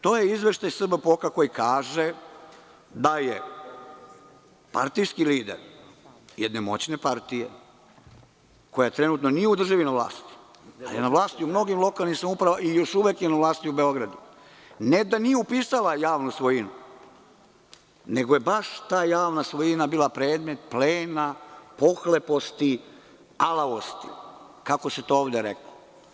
To je izveštaj SBPOK koji kaže da je partijski lider jedne moćne partije koja trenutno nije u državi na vlasti, ali je na vlasti u mnogim lokalnim samoupravama i još uvek je na vlasti u Beogradu, ne da nije upisala javnu svojinu, nego je baš ta javna svojina bila predmet plena, pohlepnosti, alavosti, kako se to ovde reklo.